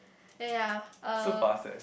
ya ya uh